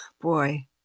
Boy